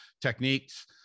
techniques